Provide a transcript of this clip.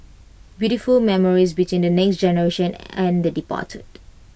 beautiful memories between the next generation and the departed